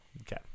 Okay